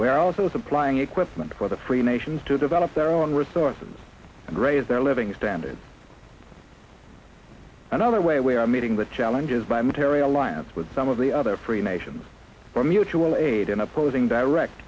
where also supplying equipment for the free nations to develop their own resources and raise their living standards another way we are meeting the challenges by metairie alliance with some of the other free nations for mutual aid in opposing direct